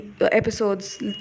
episodes